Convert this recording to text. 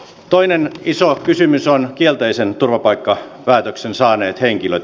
toinen iso kysymys on kielteisen turvapaikkapäätöksen saaneet henkilöt